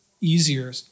easier